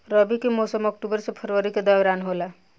रबी के मौसम अक्टूबर से फरवरी के दौरान होला